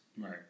Right